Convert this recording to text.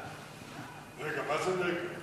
רגע, מה זה נגד?